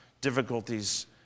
difficulties